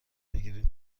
بگیرید